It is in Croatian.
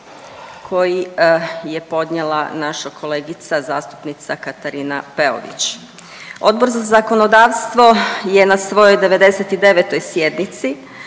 koji je podnijela naša kolegica zastupnica Katarina Peović. Odbor za zakonodavstvo je na svojoj 99. sjednici